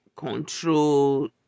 Control